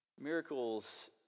Miracles